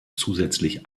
zusätzlich